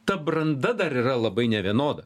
ta branda dar yra labai nevienoda